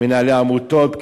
מנהלי עמותות,